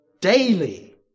daily